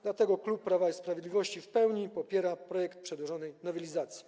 Dlatego klub Prawa i Sprawiedliwości w pełni popiera projekt przedłożonej nowelizacji.